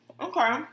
Okay